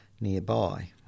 nearby